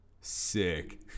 Sick